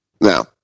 Now